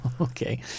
Okay